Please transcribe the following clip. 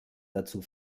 dazu